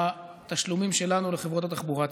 בתשלומים שלנו לחברות התחבורה הציבורית.